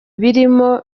birimo